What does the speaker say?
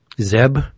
Zeb